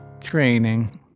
training